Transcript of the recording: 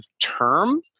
term